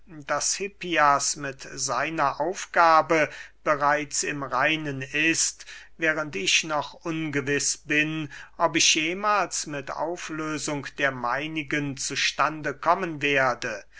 daß hippias mit seiner aufgabe bereits im reinen ist während ich noch ungewiß bin ob ich jemahls mit auflösung der meinigen zu stande kommen werde